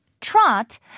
Trot